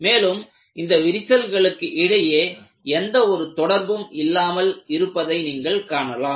மேலும் இந்த விரிசல்களுக்கு இடையே எந்த ஒரு தொடர்பும் இல்லாமல் இருப்பதை நீங்கள் காணலாம்